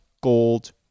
Gold